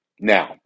Now